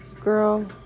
girl